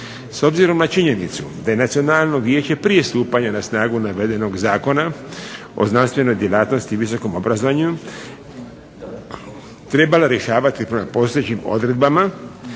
S obzirom na činjenicu da je Nacionalno vijeće prije stupanja na snagu navedenog Zakona o znanstvenoj djelatnosti i visokom obrazovanju trebalo rješavati prema postojećim odredbama,